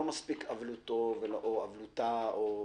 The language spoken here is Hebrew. לא מספיק אבלותה של המשפחה,